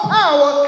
power